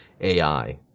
AI